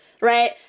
right